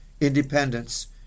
independence